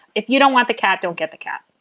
if you don't want the cat, don't get the cat